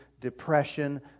depression